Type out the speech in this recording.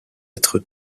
être